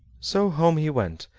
so home he went,